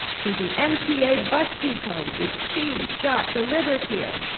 to the mta bus depot, which she got delivered here,